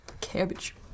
Cabbage